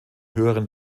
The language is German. höheren